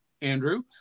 Andrew